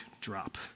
drop